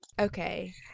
Okay